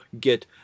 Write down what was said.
get